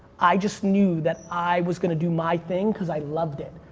i just knew that i was gonna do my thing because i loved it.